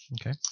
Okay